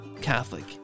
Catholic